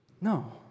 No